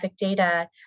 data